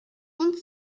und